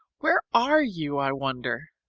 where are you, i wonder?